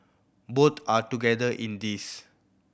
both are together in this